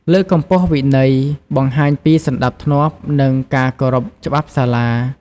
លើកកម្ពស់វិន័យ បង្ហាញពីសណ្តាប់ធ្នាប់ និងការគោរពច្បាប់សាលា។